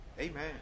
Amen